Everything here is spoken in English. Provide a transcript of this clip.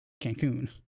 cancun